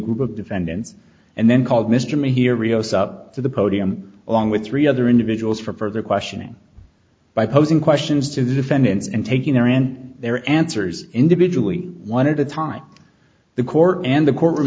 group of defendants and then called mr me here rios up to the podium along with three other individuals for further questioning by posing questions to the defendants and taking their answers individually one of the time the court and the courtroom